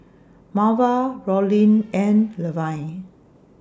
Marva Rollin and Levin